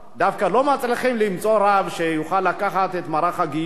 ודווקא לא מצליחים למצוא רב שיוכל לקחת את מערך הגיור,